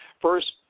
first